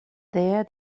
there